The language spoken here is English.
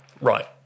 right